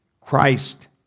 Christ